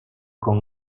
con